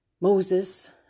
Moses